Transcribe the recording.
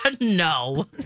No